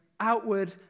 Outward